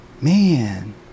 man